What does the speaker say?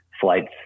flights